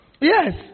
Yes